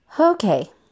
Okay